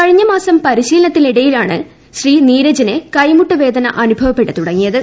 കഴിഞ്ഞമാസം പരിശീലനത്തിനിടെയാണ് ശ്രീ നീരജിന് കൈമുട്ട് വേദന അനുഭവപ്പെട്ട് തുടങ്ങിയത്